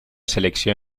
selecció